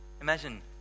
imagine